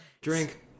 Drink